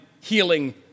healing